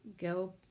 go